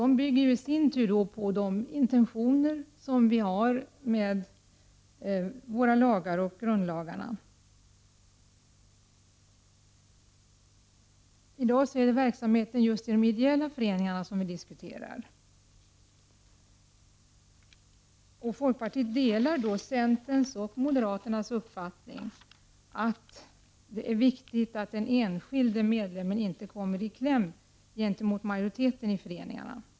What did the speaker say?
De bygger i sin tur på de intentioner vi har med våra lagar och grundlagarna. I dag är det verksamheten i de ideella föreningarna som vi diskuterar. Folkpartiet delar centerns och moderaternas uppfattning att det är viktigt att den enskilde medlemmen inte kommer i kläm i förhållande till majoriteten i föreningarna.